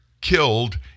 killed